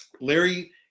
Larry